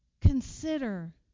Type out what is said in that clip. consider